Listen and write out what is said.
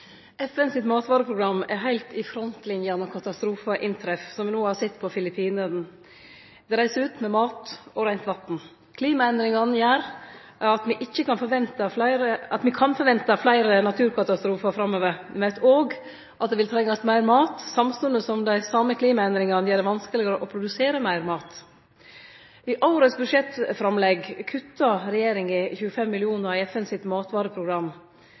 heilt i frontlinja når katastrofar inntreff, som me no har sett på Filippinane. Ein reiser ut med mat og reint vatn. Klimaendringane gjer at me kan forvente fleire naturkatastrofar framover. Me veit òg at det vil trengast meir mat, samstundes som dei same klimaendringane vil gjere det vanskelegare å produsere meir mat. I årets budsjettframlegg kuttar regjeringa 25 mill. kr i FN sitt matvareprogram.